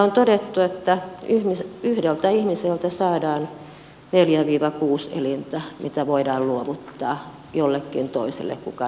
on todettu että yhdeltä ihmiseltä saadaan neljäkuusi elintä mitä voidaan luovuttaa jollekin toiselle kuka niitä tarvitsee